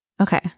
Okay